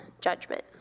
judgment